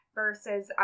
versus